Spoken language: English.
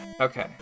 Okay